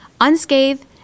unscathed